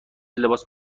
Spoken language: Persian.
لباس